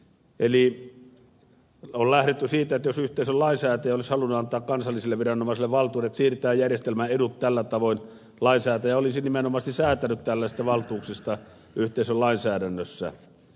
eli on lähdetty siitä että jos yhteisön lainsäätäjä olisi halunnut antaa kansallisille viranomaisille valtuudet siirtää järjestelmän edut tällä tavoin lainsäätäjä olisi nimenomaisesti säätänyt tällaisista valtuuksista yhteisön lainsäädännössä